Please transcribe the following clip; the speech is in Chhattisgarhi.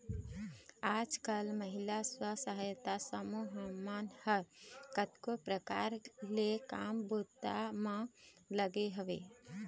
आजकल महिला स्व सहायता समूह मन ह कतको परकार ले काम बूता म लगे हवय